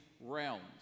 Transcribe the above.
Realms